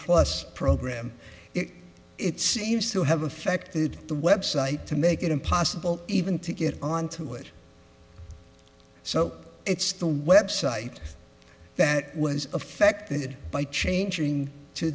plus program it seems to have affected the website to make it impossible even to get onto it so it's the website that was affected by changing to